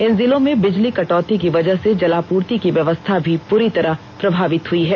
इन जिलो में बिजली कटौती की वजह से जलापूर्ति की व्यवस्था भी पूरी तरह प्रभावित हुई है